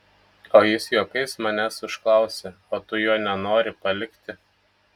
o jis juokais manęs užklausė o tu jo nenori palikti